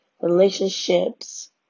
relationships